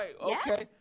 Okay